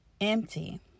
empty